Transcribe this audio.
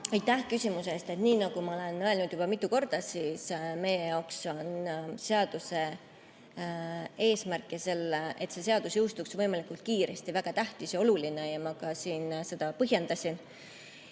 Aitäh küsimuse eest! Nii nagu ma olen öelnud juba mitu korda, on meie jaoks seaduse eesmärk ja see, et see seadus jõustuks võimalikult kiiresti, väga tähtis ja oluline. Siin ma seda ka põhjendasin.